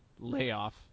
layoff